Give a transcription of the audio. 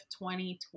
2020